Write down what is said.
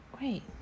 wait